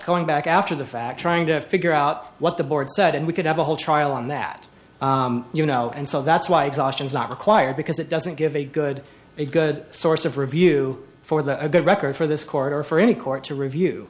going back after the fact trying to figure out what the board said and we could have a whole trial on that you know and so that's why exhaustion is not required because it doesn't give a good a good source of review for the good record for this quarter for any court to review